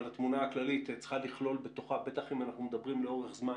אבל התמונה הכללית צריכה לכלול בתוכה בטח אם אנחנו מדברים לאורך זמן